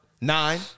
Nine